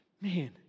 Man